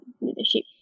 leadership